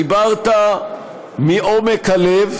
דיברת מעומק הלב